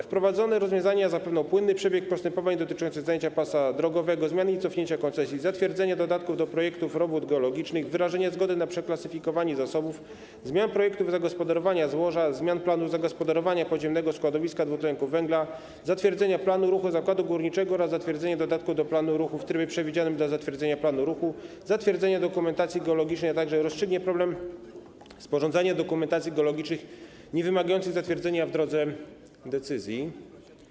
Wprowadzone rozwiązania zapewnią płynny przebieg postępowań dotyczących zajęcia pasa drogowego, zmian i cofnięcia koncesji, zatwierdzenia dodatków do projektów robót geologicznych, wyrażenia zgody na przeklasyfikowanie zasobów, zmian projektu zagospodarowania złoża, zmian planu zagospodarowania podziemnego składowiska dwutlenku węgla, zatwierdzenia planu ruchu zakładu górniczego, zatwierdzenia dodatku do planu ruchu w trybie przewidzianym dla zatwierdzenia planu ruchu oraz zatwierdzenia dokumentacji geologicznych, a także rozstrzygną problem sporządzania dokumentacji geologicznych niewymagających zatwierdzenia w drodze decyzji.